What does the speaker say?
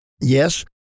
Yes